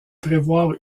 prévoir